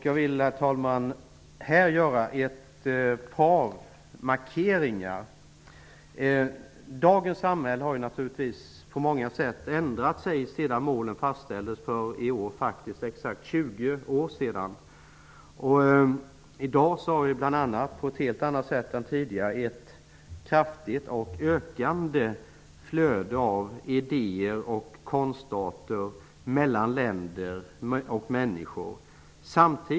Jag vill här, herr talman, göra ett par markeringar. Dagens samhälle har naturligtvis på många sätt ändrat sig sedan målen fastställdes för exakt 20 år sedan. I dag har vi bl.a. på ett helt annat sätt än tidigare ett kraftigt och ökande flöde av idéer och konstarter mellan länder och människor.